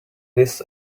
this